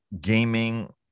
gaming